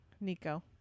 Nico